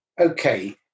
Okay